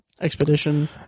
expedition